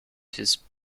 his